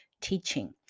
teaching